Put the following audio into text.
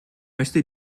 möchte